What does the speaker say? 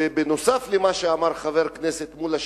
בנוסף למה שאמר חבר הכנסת מולה,